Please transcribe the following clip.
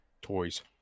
toys